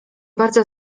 bardzo